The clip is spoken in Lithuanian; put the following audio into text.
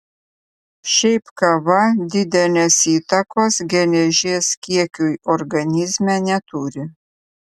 šiaip kava didelės įtakos geležies kiekiui organizme neturi